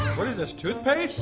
what is this? toothpaste?